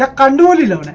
ah gondola